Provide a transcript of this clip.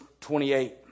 28